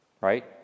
right